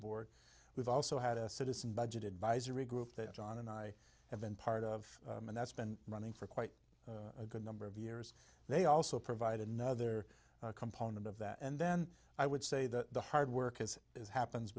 board we've also had a citizen budget advisory group that john and i have been part of and that's been running for quite a good number of years they also provide another component of that and then i would say that the hard work as it happens